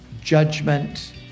judgment